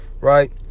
right